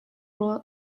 rawl